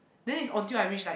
then is on till I reach like